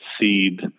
seed